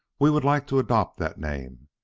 we would like to adopt that name,